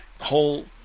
whole